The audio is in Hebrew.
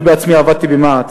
אני בעצמי עבדתי במע"צ,